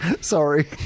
sorry